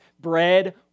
Bread